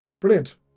Brilliant